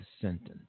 sentence